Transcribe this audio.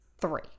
three